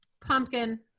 pumpkin